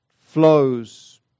flows